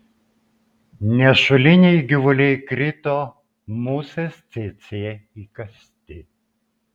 nešuliniai gyvuliai krito musės cėcė įkąsti